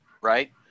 right